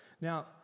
Now